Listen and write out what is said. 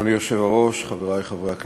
אדוני היושב-ראש, חברי חברי הכנסת,